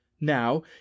now